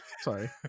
Sorry